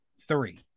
three